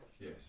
Yes